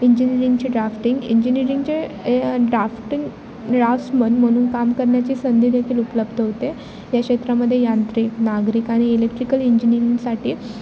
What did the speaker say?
इंजिनीअरिंगचे drafting इंजिनीअरिंगचे drafting draftsman म्हणून काम करण्याची संधी देखील उपलब्ध होते या क्षेत्रामध्ये यांत्रिक नागरिक आणि इलेक्ट्रिकल इंजिनीअरिंगसाठी